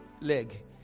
leg